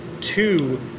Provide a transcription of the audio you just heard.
two